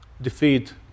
defeat